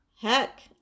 heck